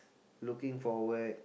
looking forward